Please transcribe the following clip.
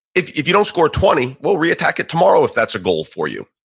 if if you don't score twenty, well, re-attack it tomorrow if that's a goal for you.